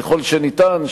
ככל שניתן,